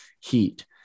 heat